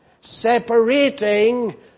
Separating